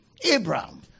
Abraham